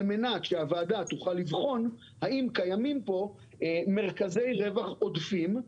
על מנת שהוועדה תוכל לבחון האם קיימים פה מרכזי רווח עודפים.